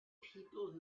people